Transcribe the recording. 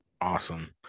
Awesome